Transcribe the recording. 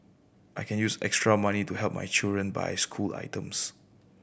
I can use extra money to help my children buy school items